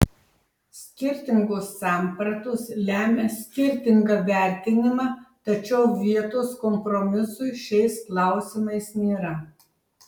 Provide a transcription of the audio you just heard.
skirtingos sampratos lemia skirtingą vertinimą tačiau vietos kompromisui šiais klausimais nėra